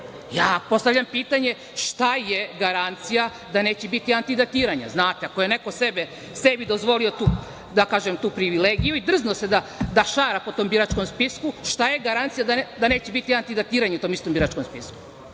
ljude. Postavljam pitanje - šta je garancija da neće biti antidatiranja? Znate, ako je neko sebi dozvolio tu, da kažem, tu privilegiju i drznuo se da šara po tom biračkom spisku, šta je garancija da neće biti antidatiranje u tom istom biračkom spisku?